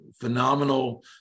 phenomenal